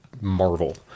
Marvel